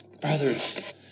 Brothers